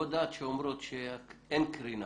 חוות דעת שאומרות שאין קרינה